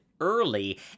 Early